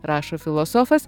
rašo filosofas